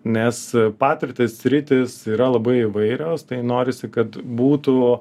nes patirtys sritys yra labai įvairios tai norisi kad būtų